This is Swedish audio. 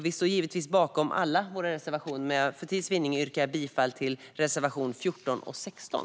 Vi står givetvis bakom alla våra reservationer, men för tids vinnande yrkar jag bifall enbart till reservationerna 14 och 16.